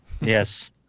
Yes